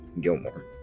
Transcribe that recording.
Gilmore